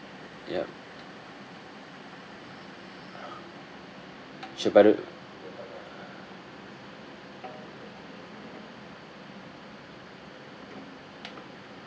yup sure but the